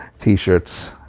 t-shirts